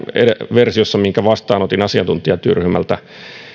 versiossa minkä vastaanotin asiantuntijatyöryhmältä